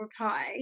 reply